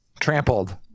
Trampled